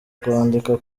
kwandika